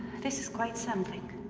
this is quite something.